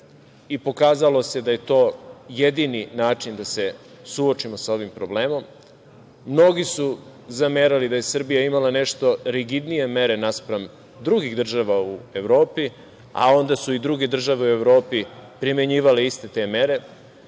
i pokazalo se da je to jedini način da se suočimo sa ovim problemom. Mnogi su zamerali da je Srbija imala nešto rigidnije mere naspram drugih država u Evropi, a onda su i druge države u Evropi primenjivale iste te mere.